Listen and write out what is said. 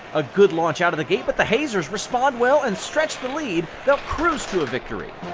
a good launch out of the gate, but the hazers respond well and stretch the lead. they'll cruise to a victory.